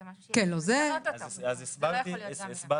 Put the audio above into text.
זה לא יכול להיות גם וגם.